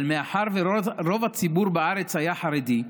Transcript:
אבל מאחר שרוב הציבור בארץ היה חרדי,